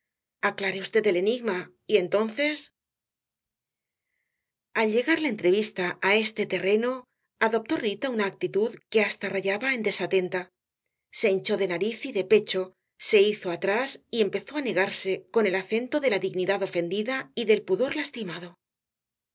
aclare v el enigma y entonces al llegar la entrevista á este terreno adoptó rita una actitud que hasta rayaba en desatenta se hinchó de nariz y de pecho se hizo atrás y empezó á negarse con el acento de la dignidad ofendida y del pudor lastimado